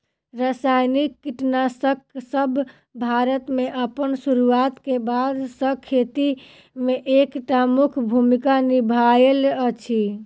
रासायनिक कीटनासकसब भारत मे अप्पन सुरुआत क बाद सँ खेती मे एक टा मुख्य भूमिका निभायल अछि